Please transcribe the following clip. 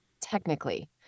technically